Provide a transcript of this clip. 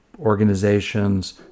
organizations